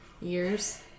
years